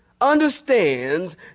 understands